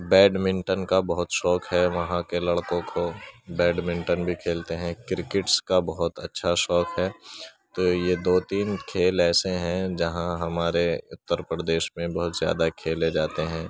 badminton کا بہت شوق ہے وہاں کے لڑکوں کو بیڈ منٹن بھی کھیلتے ہیں کرکٹس کا بہت اچھا شوق ہے تو یہ دو تین کھیل ایسے ہیں جہاں ہمارے اتر پردیش میں بہت زیادہ کھیلے جاتے ہیں